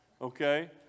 okay